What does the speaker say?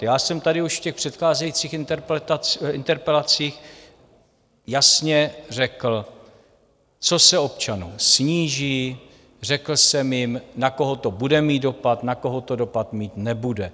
Já jsem tady už v těch předcházejících interpelacích jasně řekl, co se občanům sníží, řekl jsem jim, na koho to bude mít dopad, na koho to dopad mít nebude.